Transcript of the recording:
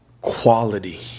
quality